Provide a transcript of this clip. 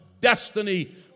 destiny